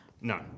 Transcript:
No